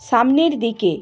সামনের দিকে